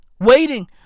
Waiting